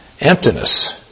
emptiness